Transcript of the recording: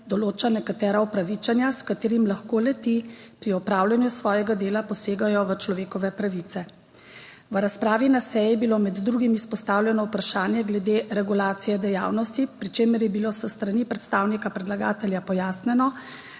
določa nekatera upravičenja, s katerimi lahko le-ti pri opravljanju svojega dela posegajo v človekove pravice. V razpravi na seji je bilo med drugimi izpostavljeno vprašanje glede regulacije dejavnosti, pri čemer je bilo s strani predstavnika predlagatelja pojasnjeno,